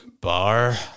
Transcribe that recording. bar